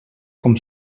com